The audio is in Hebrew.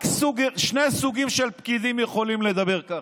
רק שני סוגים של פקידים יכולים לדבר ככה.